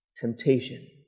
Temptation